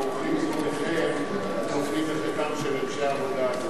את ידם של אנשי העבודה,